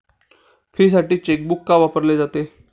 फीसाठी चेकबुक का वापरले जाते?